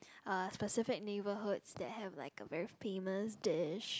uh specific neighborhoods that have like a very famous dish